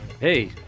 Hey